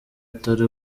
atari